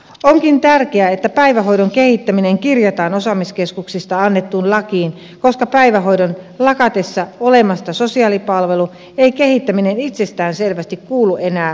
onkin tärkeää että päivähoidon kehittäminen kirjataan osaamiskeskuksista annettuun lakiin koska päivähoidon lakatessa olemasta sosiaalipalvelu ei kehittäminen itsestään selvästi kuulu enää osaamiskeskukselle